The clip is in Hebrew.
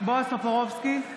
בועז טופורובסקי,